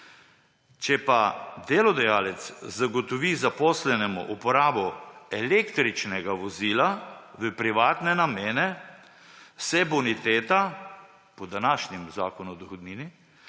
Če pa delodajalec zagotovi zaposlenemu uporabo električnega vozila v privatne namene, se boniteta po današnjem zakonu o dohodnini